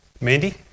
Mandy